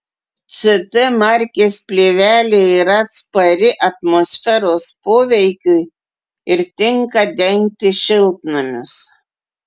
ct markės plėvelė yra atspari atmosferos poveikiui ir tinka dengti šiltnamius